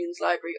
library